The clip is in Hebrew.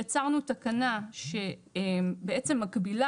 יצרנו תקנה שבעצם מקבילה,